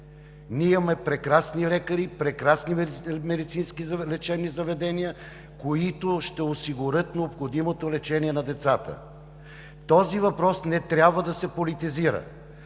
Ние имаме прекрасни лекари, прекрасни медицински лечебни заведения, които ще осигурят необходимото лечение на децата. Този въпрос не трябва да се политизира.